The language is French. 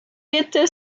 vite